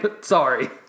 Sorry